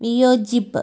വിയോജിപ്പ്